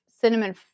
cinnamon